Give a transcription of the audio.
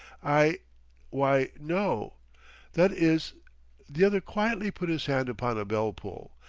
i why, no that is the other quietly put his hand upon a bell-pull.